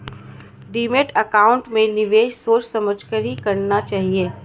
demat account में निवेश सोच समझ कर ही करना चाहिए